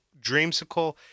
dreamsicle